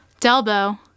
Delbo